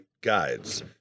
guides